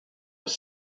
with